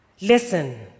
Listen